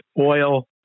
oil